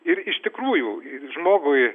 ir iš tikrųjų žmogui